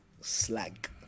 slag